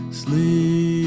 sleep